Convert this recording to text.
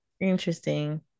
interesting